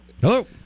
Hello